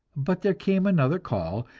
but there came another call,